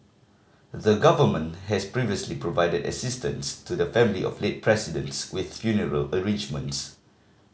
the Government has previously provided assistance to the family of late Presidents with funeral arrangements